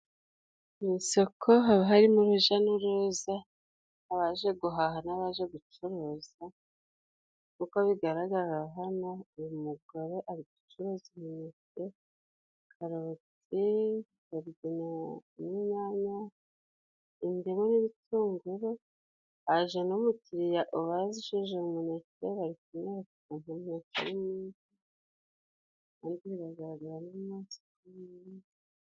Mu isoko haba harimo uruja n'uruza abaje guhaha n'abaje gucuruza, nkuko bigaragara hano uyu mugore ari gucuruza imineke, karoti, inyanya, indimu, ibitunguru haje n'umukiriya ubazijeje munete ari kumwe mukigaragaragara munsi kindi..